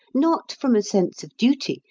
not from a sense of duty,